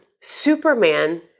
Superman